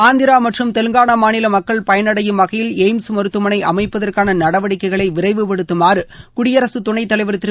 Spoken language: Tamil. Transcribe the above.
ஆந்திரா மற்றம் தெலங்கானா மாநில மக்கள் பயனடையும் வகையில் எய்ம்ஸ் மருத்தவமனை அமைப்பதற்கான நடவடிக்கைகளை விரைவுபடுத்தமாறு குடியரசுத் துணைத் தலைவர் திரு